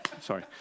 sorry